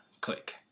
click